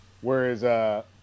Whereas